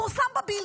פורסם בבילד,